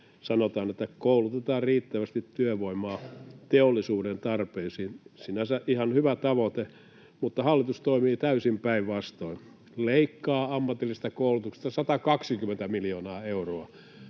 sanotaan, että ”koulutetaan riittävästi työvoimaa teollisuuden tarpeisiin”. Sinänsä ihan hyvä tavoite, mutta hallitus toimii täysin päinvastoin: leikkaa ammatillisesta koulutuksesta 120 miljoonaa euroa,